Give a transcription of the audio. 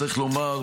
צריך לומר,